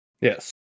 Yes